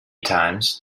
times